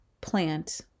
plant